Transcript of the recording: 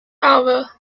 alva